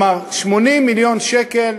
כלומר, 80 מיליון שקל,